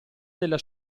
della